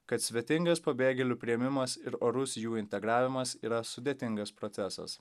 kad svetingas pabėgėlių priėmimas ir orus jų integravimas yra sudėtingas procesas